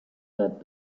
that